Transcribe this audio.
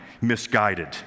misguided